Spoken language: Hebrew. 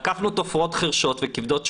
לקחנו תופרות חירשות וכבדות שמיעה,